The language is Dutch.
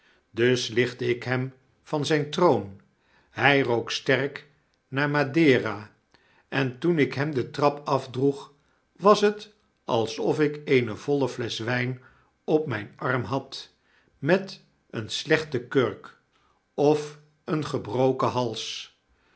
dus lichtte ik hem van zyn troon hy rook sterk naar madera en toen ik hem de trap afdroeg was het alsof ik eene voile flesch wijn op myn arm had met eene slechte kurk of een gebroken hals